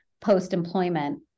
post-employment